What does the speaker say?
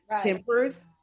tempers